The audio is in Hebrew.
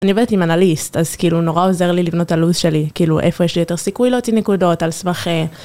אני עובדת עם אנליסט, אז כאילו, הוא נורא עוזר לי לבנות את הלוז שלי, כאילו, איפה יש לי יותר סיכוי להוציא נקודות על סמך אה...